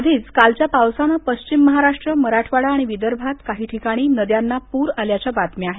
आधीच कालच्या पावसानं पश्चिम महाराष्ट्र मराठवाडा आणि विदर्भात काही ठिकाणी नद्यांना पूर आल्याच्या बातम्या आहेत